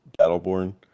Battleborn